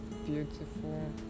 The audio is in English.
beautiful